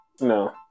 no